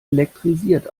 elektrisiert